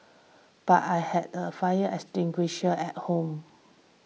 but I had a fire extinguisher at home